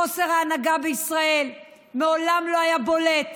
חוסר ההנהגה בישראל מעולם לא היה בולט,